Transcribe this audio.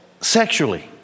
sexually